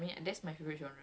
okay